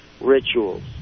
rituals